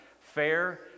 fair